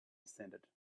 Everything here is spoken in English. descended